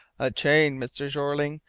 a chain, mr. jeorling,